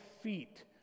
feet